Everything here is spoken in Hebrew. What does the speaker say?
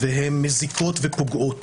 הן מזיקות ופוגעות